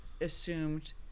assumed